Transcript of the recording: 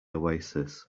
oasis